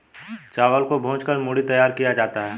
चावल को भूंज कर मूढ़ी तैयार किया जाता है